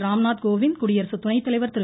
ராம்நாத் கோவிந்த் குடியரசு துணைத்தலைவர் திரு